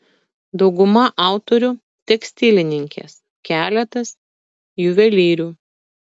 dauguma autorių tekstilininkės keletas juvelyrių